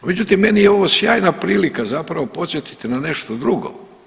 Međutim, meni je ovo sjajna prilika zapravo podsjetiti na nešto drugo.